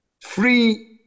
free